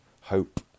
hope